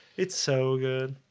it's so good.